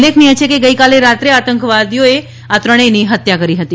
ઉલ્લેખનીય છે કે ગઇકાલે રાત્રે આતંકવાદીઓ આ ત્રણેયની હત્યા કરી હતી